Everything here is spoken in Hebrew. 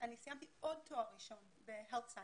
סיימתי עוד תואר ראשון בלימודי